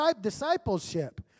discipleship